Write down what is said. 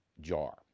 jar